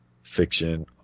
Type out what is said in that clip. fiction